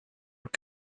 were